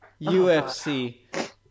UFC